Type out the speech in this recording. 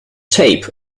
tape